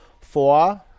Four